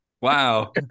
Wow